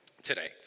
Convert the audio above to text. today